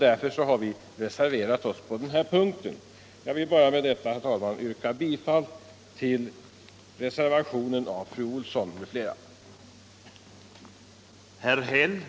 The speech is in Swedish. Därför har vi reserverat oss på denna punkt, och jag yrkar, herr talman, bifall till reservationen av fru Olsson i Hölö m.fl.